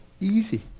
easy